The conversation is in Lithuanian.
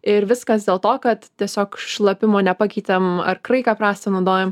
ir viskas dėl to kad tiesiog šlapimo nepakeitėm ar kraiką prastą naudojam